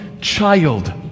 child